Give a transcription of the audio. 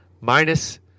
minus